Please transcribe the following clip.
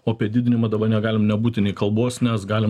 o apie didinimą dabar negalim nebūti nei kalbos nes galim